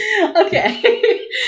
okay